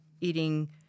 eating